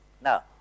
Now